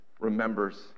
remembers